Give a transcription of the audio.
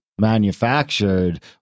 manufactured